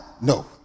No